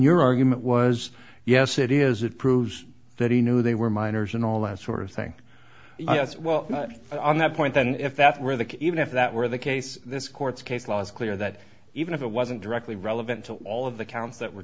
your argument was yes it is it proves that he knew they were minors and all that sort of thing as well on that point then if that's where the even if that were the case this court's case law is clear that even if it wasn't directly relevant to all of the counts that were